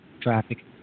traffic